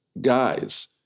guys